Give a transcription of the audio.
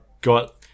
got